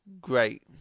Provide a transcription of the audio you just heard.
great